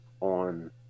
on